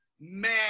man